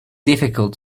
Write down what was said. difficult